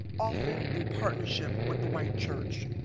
often in partnership with the white church.